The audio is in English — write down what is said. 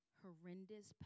horrendous